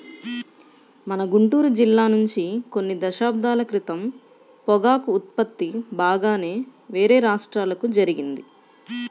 మన గుంటూరు జిల్లా నుంచి కొన్ని దశాబ్దాల క్రితం పొగాకు ఉత్పత్తి బాగానే వేరే రాష్ట్రాలకు జరిగింది